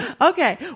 Okay